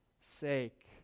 sake